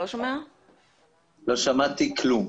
שמעתי כלום.